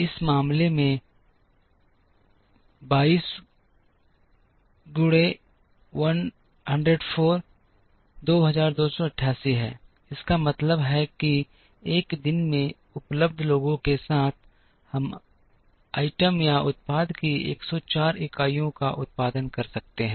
इस मामले में 22 गुणा 104 2288 है इसका मतलब है कि एक दिन में उपलब्ध लोगों के साथ हम आइटम या उत्पाद की 104 इकाइयों का उत्पादन कर सकते हैं